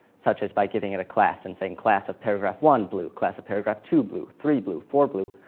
such as by giving it a class and saying class of paragraph one, blue, class of paragraph two, blue, three blue, four blue,